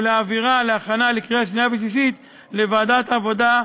ולהעבירה להכנה לקריאה שנייה ושלישית לוועדת העבודה,